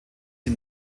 sie